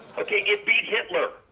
ok it beat hitler.